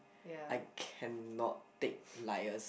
I cannot take liars